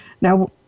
Now